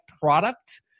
product